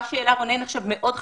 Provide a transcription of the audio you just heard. מה שהעלה עכשיו רונן זה מאוד חשוב.